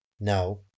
Now